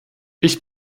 ich